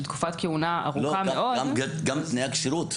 תקופת כהונה ארוכה מאוד --- גם תנאי הכשירות,